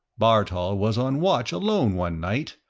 bartol was on watch alone one night,